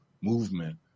movement